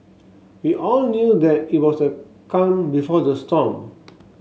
we all knew that it was the calm before the storm